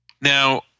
Now